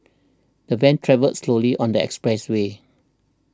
the van travelled slowly on the expressway